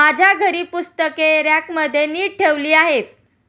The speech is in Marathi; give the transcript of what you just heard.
माझ्या घरी पुस्तके रॅकमध्ये नीट ठेवली आहेत